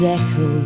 echo